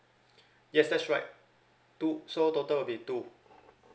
yes that's right two so total will be two